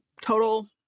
total